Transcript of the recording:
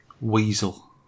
weasel